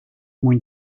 mwyn